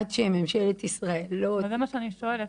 עד שממשלת ישראל לא --- אז זה מה שאני שואלת,